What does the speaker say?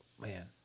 man